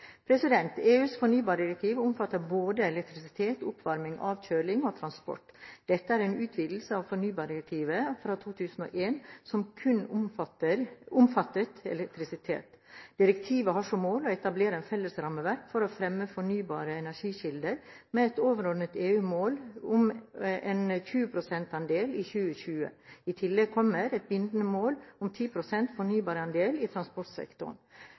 EUs fornybardirektiv omfatter både elektrisitet, oppvarming/avkjøling og transport. Dette er en utvidelse av fornybardirektivet fra 2001, som kun omfattet elektrisitet. Direktivet har som mål å etablere et felles rammeverk for å fremme fornybare energikilder med et overordnet EU-mål om en 20 pst. andel i 2020. I tillegg kommer et bindende mål om 10 pst. fornybarandel i transportsektoren.